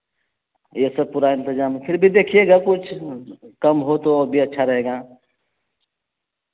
یہ سب پورا انتظام ہے پھر بھی دیکھیے گا کچھ کم ہو تو بھی اچھا رہے گا